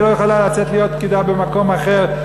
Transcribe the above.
והיא לא יכולה לצאת להיות פקידה במקום אחר,